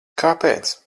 kāpēc